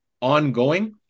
ongoing